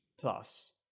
plus